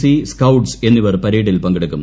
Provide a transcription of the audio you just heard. C scouts എന്നിവർ പരേഡിൽ പങ്കെട്ടുക്കും